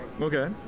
Okay